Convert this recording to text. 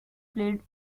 played